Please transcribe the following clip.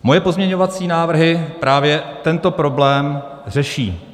Moje pozměňovací návrhy právě tento problém řeší.